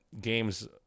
games